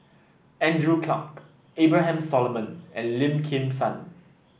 Andrew Clarke Abraham Solomon and Lim Kim San